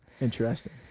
Interesting